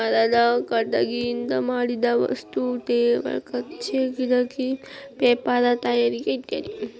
ಮರದ ಕಟಗಿಯಿಂದ ಮಾಡಿದ ವಸ್ತು ಟೇಬಲ್ ಖುರ್ಚೆ ಕಿಡಕಿ ಪೇಪರ ತಯಾರಿಕೆ ಇತ್ಯಾದಿ